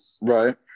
Right